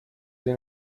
این